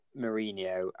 Mourinho